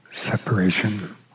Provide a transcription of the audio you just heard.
Separation